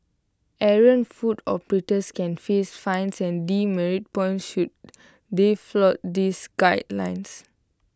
errant food operators can face fines and demerit points should they flout these guidelines